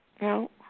No